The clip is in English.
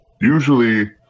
usually